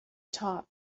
top